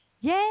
Yay